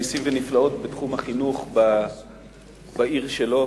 נסים ונפלאות בתחום החינוך בעיר שלו.